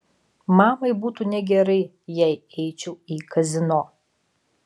mamai būtų negerai jei eičiau į kazino